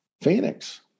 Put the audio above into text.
Phoenix